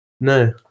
No